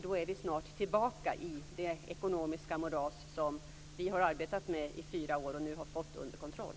Då är vi snart tillbaka i det ekonomiska moras som vi har arbetat med i fyra år och nu har fått under kontroll.